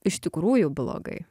iš tikrųjų blogai